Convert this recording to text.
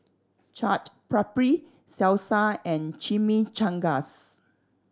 Chaat Papri Salsa and Chimichangas